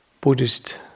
buddhist